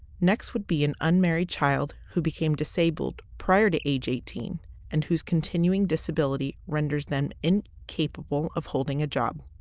next would be an unmarried child who became disabled prior to age of eighteen and whose continuing disability renders them incapable of holding a job.